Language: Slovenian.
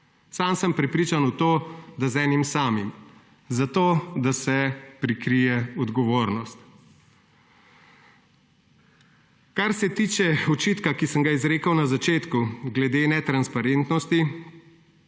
Sam sem prepričan v to, da z enim samim – zato, da se prikrije odgovornost. Kar se tiče očitka, ki sem ga izrekel na začetku glede netransparentnosti,